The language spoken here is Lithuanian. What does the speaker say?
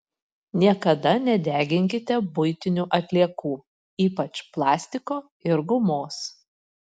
niekada nedeginkite buitinių atliekų ypač plastiko ir gumos